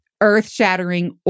earth-shattering